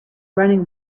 running